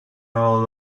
our